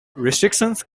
restrictions